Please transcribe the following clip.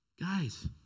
Guys